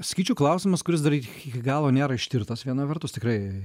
sakyčiau klausimas kuris dar iki galo nėra ištirtas viena vertus tikrai